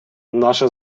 наше